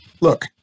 look